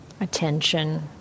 attention